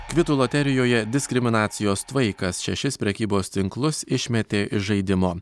kvitų loterijoje diskriminacijos tvaikas šešis prekybos tinklus išmetė iš žaidimo